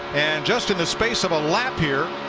and just in the space of a lap here,